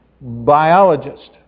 biologist